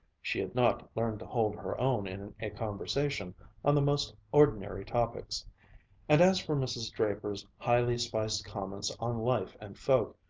she had not learned to hold her own in a conversation on the most ordinary topics and as for mrs. draper's highly spiced comments on life and folk,